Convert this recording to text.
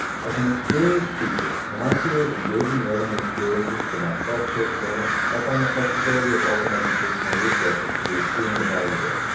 as an experienced teacher, when i create engaging learning experiences for my self-paced learners, i find the flexibility of open educational resources to be extremely valuable.